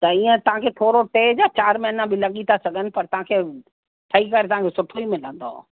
त हीअं तव्हांखे थोरो टे जा चारि महीना बि लॻी था सघनि पर तव्हांखे ठही करे तव्हांखे सुठो मिलंदो